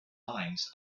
lines